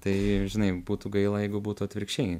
tai žinai būtų gaila jeigu būtų atvirkščiai